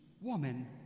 woman